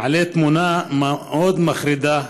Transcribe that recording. שמעלה תמונה מאוד מחרידה.